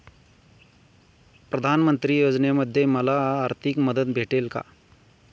प्रधानमंत्री योजनेमध्ये मला आर्थिक मदत भेटेल का?